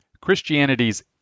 Christianity's